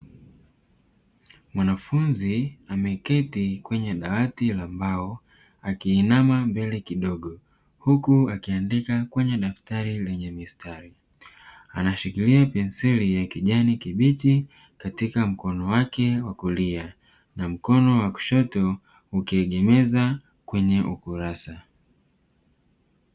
Mwanafunzi ameketi kwenye dawati la mbao akiinama mbele kidogo, huku akiandika kwenye daftari lenye mistari. Anashikilia penseli ya kijani kibichi katika mkono wake wa kulia, na mkono wa kushoto ukiegemeza kwenye ukurasa.